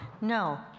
no